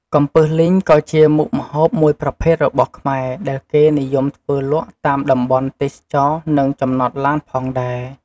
កំពឹសលីងក៏ជាមុខម្ហូបមួយប្រភេទរបស់ខ្មែរ ដែលគេនិយមធ្វើលក់តាមតំបន់ទេសចរណ៍និងចំណតឡានផងដែរ។